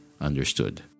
understood